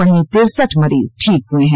वहीं तिरसठ मरीज ठीक हए हैं